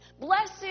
Blessed